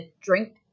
drink